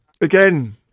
again